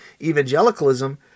evangelicalism